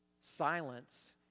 silence